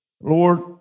Lord